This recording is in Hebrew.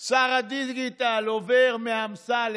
תפקידים: שר הדיגיטל עובר מאמסלם,